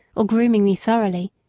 or grooming me thoroughly,